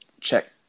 check